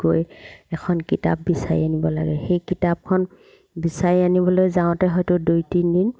গৈ এখন কিতাপ বিচাৰি আনিব লাগে সেই কিতাপখন বিচাৰি আনিবলৈ যাওঁতে হয়তো দুই তিনিদিন